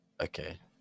Okay